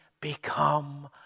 become